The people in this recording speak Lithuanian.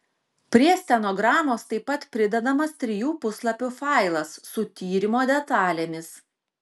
prie stenogramos taip pat pridedamas trijų puslapių failas su tyrimo detalėmis